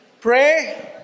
Pray